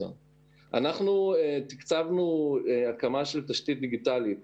אנחנו תקצבנו הקמה של תשתית דיגיטלית